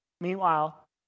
Meanwhile